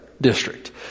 District